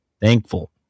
thankful